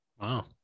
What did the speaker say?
wow